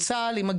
עלייה.